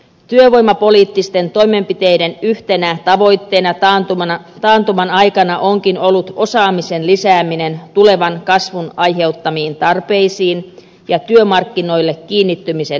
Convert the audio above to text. työvoimapoliittisten toimenpiteiden yhtenä tavoitteena taantuman aikana onkin ollut osaamisen lisääminen tulevan kasvun aiheuttamiin tarpeisiin ja työmarkkinoille kiinnittymisen nopeuttaminen